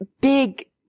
big